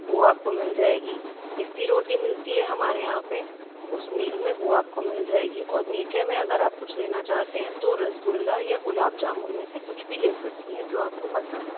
वह आपको मिल जाएगी मिस्सी रोटी मिलती है हमारे यहाँ पर उस मील में वह आपको मिल जाएगी और मीठे में अगर आप कुछ लेना चाहतें हैं तो रसगुल्ला या गुलाब जामुन में से आप कुछ भी ले सकती हैं जो आपको पसंद हो